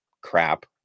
crap